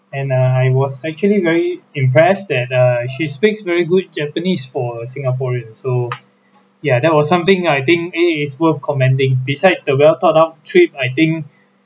and ah I was actually very impressed that uh she speaks very good japanese for singaporean so ya that was something I think it is worth commending besides the well thought off trip I think